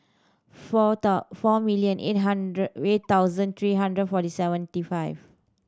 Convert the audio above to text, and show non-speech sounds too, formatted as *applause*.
four *unintelligible* four million eight hundred *unintelligible* thousand three hundred forty seventy five